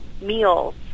meals